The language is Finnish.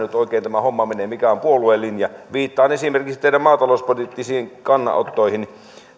homma nyt oikein menee mikä on puolueen linja viittaan esimerkiksi teidän maatalouspoliittisiin kannanottoihinne